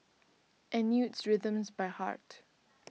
and knew its rhythms by heart